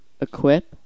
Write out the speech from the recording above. Equip